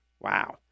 Wow